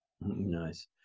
Nice